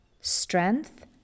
strength